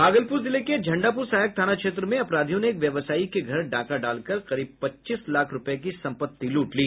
भागलपुर जिले के झंडापुर सहायक थाना क्षेत्र में अपराधियों ने एक व्यवसायी के घर डाका डालकर करीब पच्चीस लाख रुपये की संपत्ति लूट ली